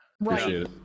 right